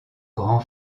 grand